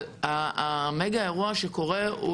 אבל המגה אירוע שקורה הוא